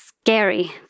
scary